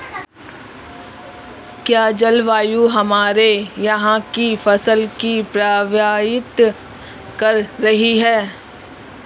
क्या जलवायु हमारे यहाँ की फसल को प्रभावित कर रही है?